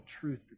truth